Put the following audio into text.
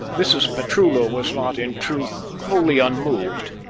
mrs. petullo was not, in truth, wholly unmoved,